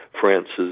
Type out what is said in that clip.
France's